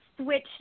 switch